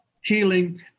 healing